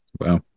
Wow